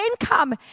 income